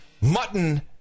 mutton